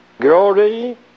glory